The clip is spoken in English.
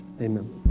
amen